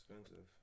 expensive